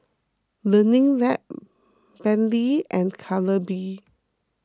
Learning Lab Bentley and Calbee